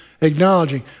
acknowledging